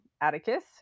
Atticus